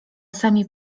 sami